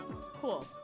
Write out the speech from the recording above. Cool